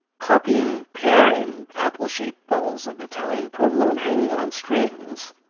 copying pear-and apple-shaped balls of italian provolone hanging on strings,